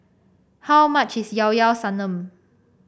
how much is Llao Llao Sanum